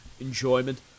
enjoyment